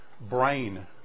brain